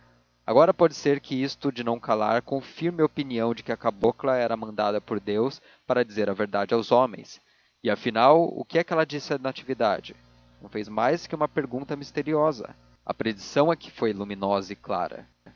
agora pode ser que isto de não calar confirme a opinião de que a cabocla era mandada por deus para dizer a verdade aos homens e afinal o que é que ela disse a natividade não fez mais que uma pergunta misteriosa a predição é que foi luminosa e clara